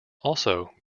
also